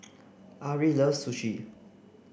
Ari loves Sushi